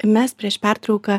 mes prieš pertrauką